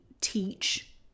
teach